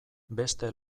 beste